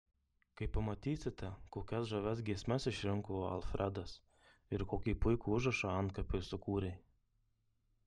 kai pamatysite kokias žavias giesmes išrinko alfredas ir kokį puikų užrašą antkapiui sukūrė